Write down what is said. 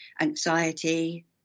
anxiety